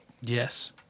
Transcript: Yes